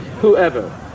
Whoever